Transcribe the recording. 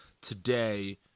today